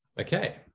Okay